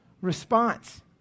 response